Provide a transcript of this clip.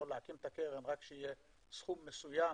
להקים את הקרן רק כשיהיה סכום מסוים